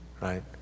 right